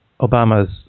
Obama's